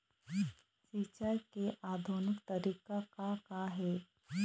सिचाई के आधुनिक तरीका का का हे?